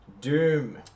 Doom